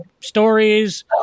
stories